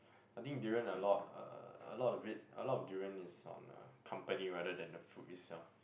I think durian a lot uh a lot of it a lot of durian is on uh company rather than the food itself